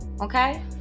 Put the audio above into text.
okay